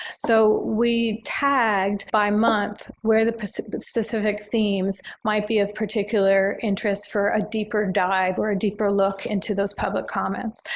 so, we tagged by month where the but specific themes might be of particular interest for a deeper dive or a deeper look into those public comments.